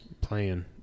playing